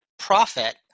profit